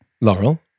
Laurel